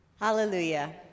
hallelujah